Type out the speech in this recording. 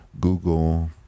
google